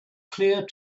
clear